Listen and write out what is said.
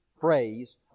phrase